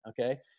Okay